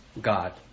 God